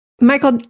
Michael